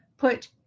Put